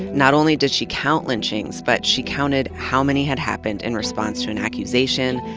not only did she count lynchings, but she counted how many had happened in response to an accusation,